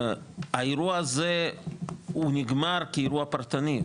האירוע הזה הוא נגמר כאירוע פרטני,